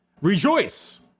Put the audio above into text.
Rejoice